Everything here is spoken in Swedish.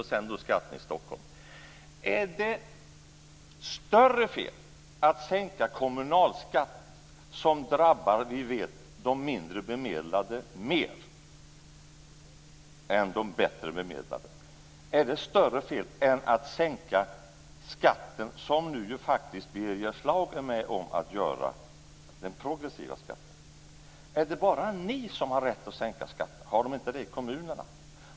Vad gäller skatten i Stockholm: Är det större fel att sänka kommunalskatten, som vi vet drabbar de mindre bemedlade mer än de bättre bemedlade, än att, som Birger Schlaug nu faktiskt är med om att göra, sänka den progressiva skatten? Är det bara ni som har rätt att sänka skatter? Har de inte det i kommunerna?